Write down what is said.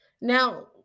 Now